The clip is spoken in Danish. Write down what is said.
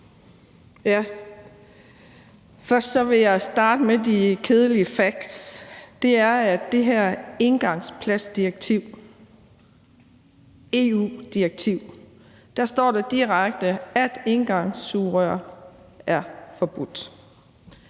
Først vil jeg starte med de kedelige facts, og det er, at i det her engangsplastikdirektiv, EU-direktiv, står der direkte, at engangssugerør er forbudt.